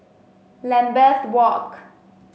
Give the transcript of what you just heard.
Lambeth Walk